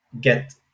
get